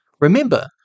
remember